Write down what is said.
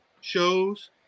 shows